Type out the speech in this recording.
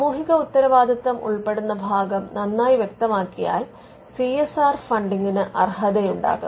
സാമൂഹിക ഉത്തരവാദിത്തം ഉൾപ്പെടുന്ന ഭാഗം നന്നായി വ്യക്തമാക്കിയാൽ സി എസ് ആർ ഫണ്ടിംഗിന് അർഹതയുണ്ടാകും